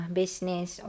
business